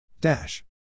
Dash